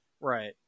Right